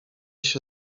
się